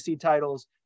titles